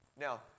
Now